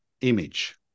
image